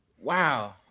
wow